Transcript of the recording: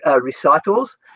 recitals